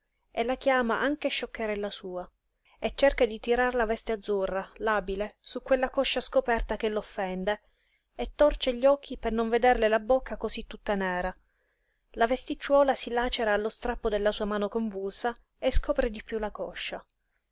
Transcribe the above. e la chiama anche scioccherella sua e cerca di tirar la veste azzurra labile su quella coscia scoperta che l'offende e torce gli occhi per non vederle la bocca cosí tutta nera la vesticciuola si lacera allo strappo della sua mano convulsa e scopre di piú la coscia